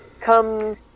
come